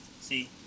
See